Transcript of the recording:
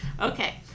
okay